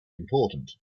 important